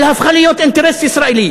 אלא הפכה להיות אינטרס ישראלי.